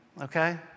okay